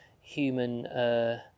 human